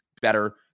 better